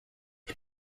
los